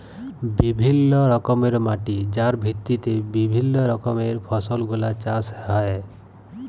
বিভিল্য রকমের মাটি যার ভিত্তিতে বিভিল্য রকমের ফসল গুলা চাষ হ্যয়ে